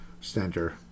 center